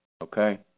Okay